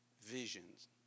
visions